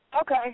Okay